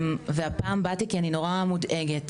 והפעם באתי כי אני נורא מודאגת.